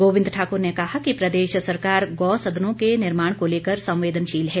गोविंद ठाकुर ने कहा कि प्रदेश सरकार गौ सदनों के निर्माण को लेकर संवेदनशील है